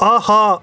آہا